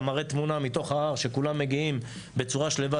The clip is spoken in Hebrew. מראה תמונה מתוך ההר שכולם מגיעים בצורה שלווה,